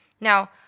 Now